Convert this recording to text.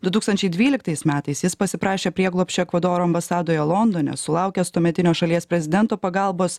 du tūkstančiais dvyliktais metais jis pasiprašė prieglobsčio ekvadoro ambasadoje londone sulaukęs tuometinio šalies prezidento pagalbos